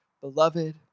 beloved